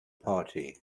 party